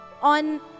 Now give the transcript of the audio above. on